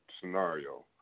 scenario